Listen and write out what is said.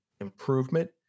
improvement